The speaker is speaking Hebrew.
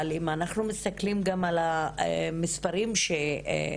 אבל אם אנחנו מסתכלים גם על המספרים שאתם